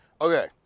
okay